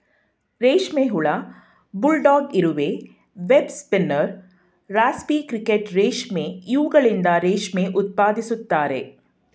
ರೇಷ್ಮೆ ಹುಳ, ಬುಲ್ಡಾಗ್ ಇರುವೆ, ವೆಬ್ ಸ್ಪಿನ್ನರ್, ರಾಸ್ಪಿ ಕ್ರಿಕೆಟ್ ರೇಷ್ಮೆ ಇವುಗಳಿಂದ ರೇಷ್ಮೆ ಉತ್ಪಾದಿಸುತ್ತಾರೆ